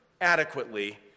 adequately